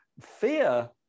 Fear